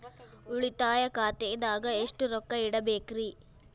ಉಳಿತಾಯ ಖಾತೆದಾಗ ಎಷ್ಟ ರೊಕ್ಕ ಇಡಬೇಕ್ರಿ?